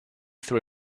threw